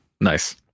Nice